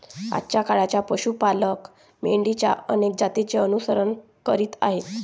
आजच्या काळात पशु पालक मेंढरांच्या अनेक जातींचे अनुसरण करीत आहेत